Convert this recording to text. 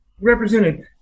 represented